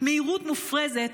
מהירות מופרזת,